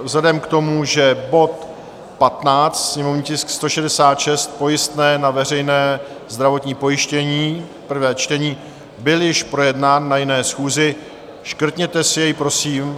Vzhledem k tomu, že bod 15, sněmovní tisk 166, pojistné na veřejné zdravotní pojištění, prvé čtení, byl již projednán na jiné schůzi, škrtněte si jej, prosím.